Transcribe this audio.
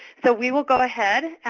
so, we will go ahead.